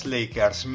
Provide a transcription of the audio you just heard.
Lakers